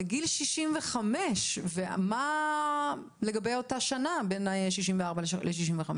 להעלות את גיל הפרישה לנשים לגיל 65. מה לגבי אותה שנה בין 64 ל-65?